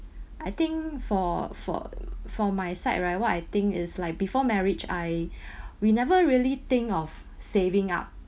I think for for for my side right what I think is like before marriage I we never really think of saving up